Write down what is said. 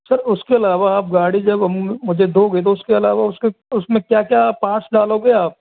sir उसके अलावा आप गाड़ी जब मुझे दोगे उसके अलावा उसका उसमें क्या क्या पार्ट्स डालोगे आप